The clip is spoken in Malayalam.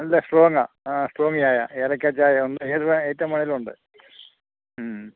നല്ല സ്ട്രോങാ ആ സ്ട്രോങ് ചായ ഏലക്ക ചായയുണ്ട് ഏത് ഐറ്റം വേണമെങ്കിലും ഉണ്ട് മ്മ്